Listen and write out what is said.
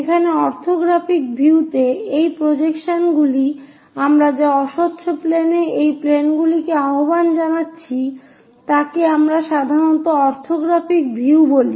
এখানে অরথোগ্রাফিক ভিউতে এই প্রজেকশনগুলি যা আমরা অস্বচ্ছ প্লেনে এই প্লেনগুলিকে আহ্বান জানাচ্ছি তাকে আমরা সাধারণত অরথোগ্রাফিক ভিউ বলি